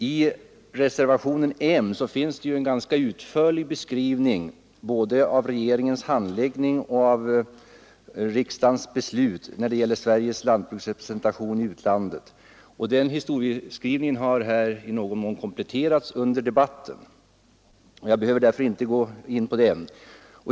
I reservationen M lämnas en ganska utförlig beskrivning både av regeringens handläggning och av riksdagens beslut när det gäller Sveriges lantbruksrepresentation i utlandet. Denna historieskrivning har i någon mån kompletterats under debatten. Jag behöver därför inte gå in på den.